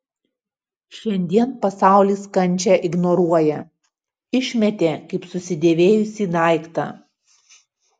šiandien pasaulis kančią ignoruoja išmetė kaip susidėvėjusį daiktą